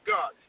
God